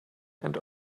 and